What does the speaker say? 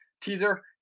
teaser